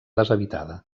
deshabitada